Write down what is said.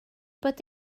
bod